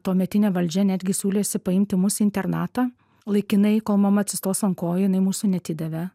tuometinė valdžia netgi siūlėsi paimti mus į internatą laikinai kol mama atsistos ant kojų jinai mūsų neatidavė